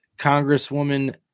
Congresswoman